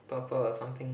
purple or something